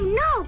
no